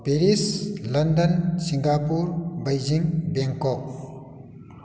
Paris London Singapore Beijing Bangkok